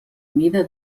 mida